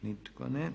Nitko ne.